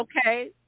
Okay